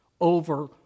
over